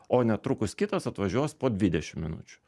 o netrukus kitas atvažiuos po dvidešim minučių